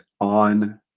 On